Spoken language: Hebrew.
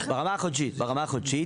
ברמה החודשית.